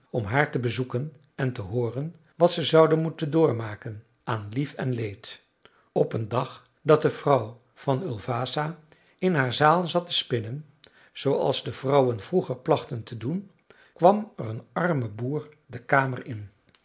om haar te bezoeken en te hooren wat ze zouden moeten doormaken aan lief en leed op een dag dat de vrouw van ulvasa in haar zaal zat te spinnen zooals de vrouwen vroeger plachten te doen kwam er een arme boer de kamer in